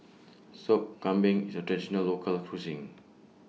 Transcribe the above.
Sop Kambing IS A Traditional Local Cuisine